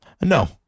No